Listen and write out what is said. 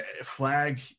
flag